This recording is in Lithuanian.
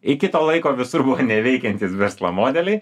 iki to laiko visur buvo neveikiantys verslo modeliai